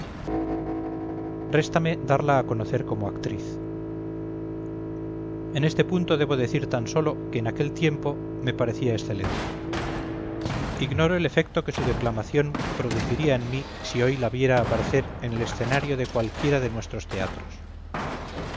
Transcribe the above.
réstame darla a conocer como actriz en este punto debo decir tan sólo que en aquel tiempo me parecía excelente ignoro el efecto que su declamación produciría en mí si hoy la viera aparecer en el escenario de cualquiera de nuestros teatros